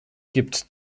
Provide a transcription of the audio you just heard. gibt